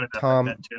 Tom